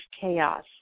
chaos